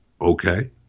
okay